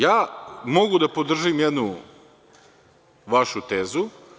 Ja mogu da podržim jednu vašu tezu.